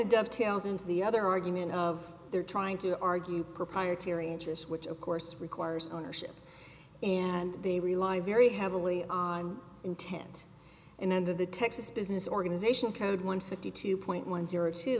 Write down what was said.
could dovetails into the other argument of their trying to argue proprietary interest which of course requires ownership and they rely very heavily on intent and under the texas business organization code one fifty two point one zero two